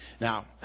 Now